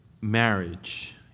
marriage